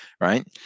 right